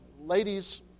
ladies